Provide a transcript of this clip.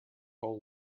whole